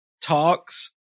talks